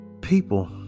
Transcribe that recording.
people